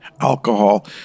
alcohol